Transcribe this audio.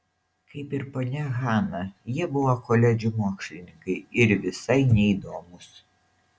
kaip ir ponia hana jie buvo koledžų mokslininkai ir visai neįdomūs